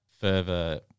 further